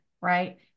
right